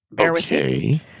Okay